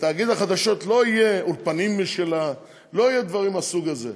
לתאגיד החדשות לא יהיו אולפנים משלו ודברים מהסוג הזה.